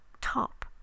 top